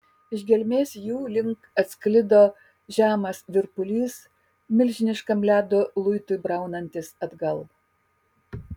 iš gelmės jų link atsklido žemas virpulys milžiniškam ledo luitui braunantis atgal